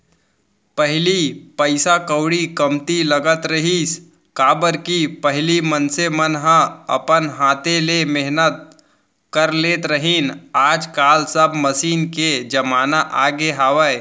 पहिली पइसा कउड़ी कमती लगत रहिस, काबर कि पहिली मनसे मन ह अपन हाथे ले मेहनत कर लेत रहिन आज काल सब मसीन के जमाना आगे हावय